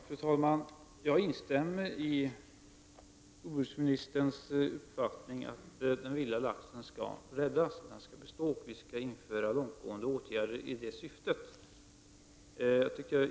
Fru talman! Jag instämmer i jordbruksministerns uppfattning att den vilda laxen måste räddas och att långtgående åtgärder måste vidtas med det syftet.